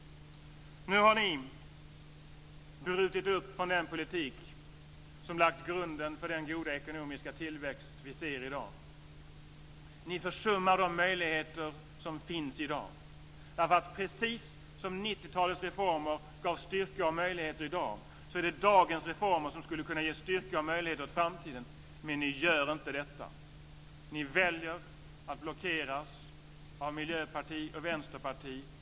Nu har ni brutit upp från den politik som lagt grunden för den goda ekonomiska tillväxt vi ser i dag. Ni försummar de möjligheter som finns i dag. Precis som 90-talets reformer gav styrka och möjligheter i dag, är det dagens reformer som skulle kunna ge styrka och möjligheter åt framtiden. Men ni gör inte detta. Ni väljer att blockeras av Miljöpartiet och Vänsterpartiet.